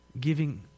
giving